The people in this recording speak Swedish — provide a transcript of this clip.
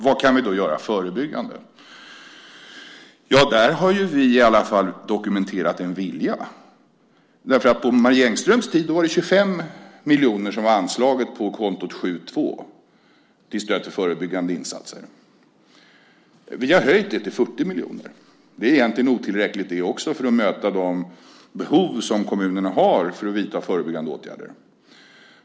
Vad kan vi göra förebyggande? Här har vi i alla fall dokumenterat en vilja. På Marie Engströms tid var det 25 miljoner som var anslaget på kontot 72, till stöd för förebyggande insatser. Vi har höjt det till 40 miljoner. Det är egentligen otillräckligt det också för att möta de behov som kommunerna har för att vidta förebyggande åtgärder.